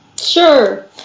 Sure